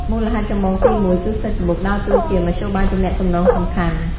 មូលហេតុចម្បងទីមួយ គឺហ្វេសប៊ុកដើរតួជា មធ្យោបាយទំនាក់ទំនងសំខាន់។